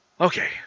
Okay